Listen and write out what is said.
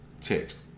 text